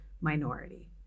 minority